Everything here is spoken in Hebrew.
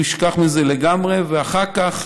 הוא ישכח מזה לגמרי, ואחר כך